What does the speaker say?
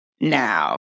now